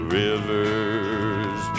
rivers